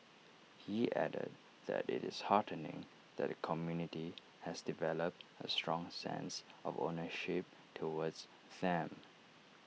he added that IT is heartening that the community has developed A strong sense of ownership towards them